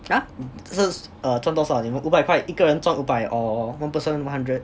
!huh! 就是 err 赚多少你们五百块一个人转五百 or one person one hundred